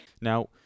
Now